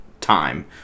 time